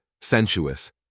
sensuous